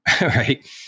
right